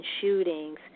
shootings